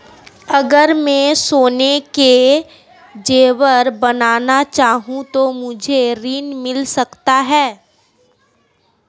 अगर मैं सोने के ज़ेवर बनाना चाहूं तो मुझे ऋण मिल सकता है?